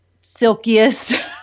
silkiest